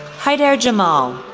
haider jamal,